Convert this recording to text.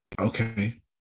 okay